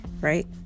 right